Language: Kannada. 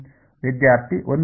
ವಿದ್ಯಾರ್ಥಿ 1 ಭಾಗಿಸು